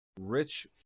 rich